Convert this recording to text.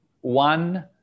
one